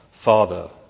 Father